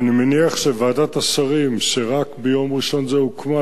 ואני מניח שוועדת השרים שרק ביום ראשון זה הוקמה,